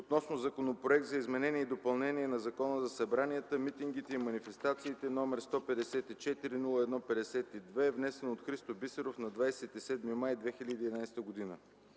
относно Законопроект за изменение и допълнение на Закона за събранията, митингите и манифестациите, № 154-01-52, внесен от Христо Бисеров на 27 май 2011 г.